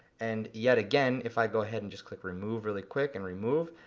and yet again if i go ahead and just click remove really quick, and remove,